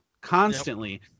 constantly